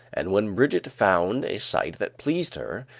and when brigitte found a site that pleased her,